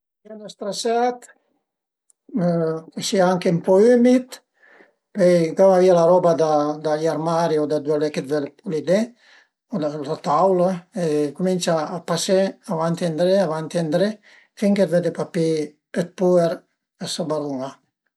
Pìe ün straset ch'a sia anche ën po umid, pöi gave vìa la roba da i armari o da ëndua l'e che t'völe pulidé o da la taula e cumincia a pasé avanti e ëndré avanti e ëndré finché vëde papì dë puer ch'a s'abarun-a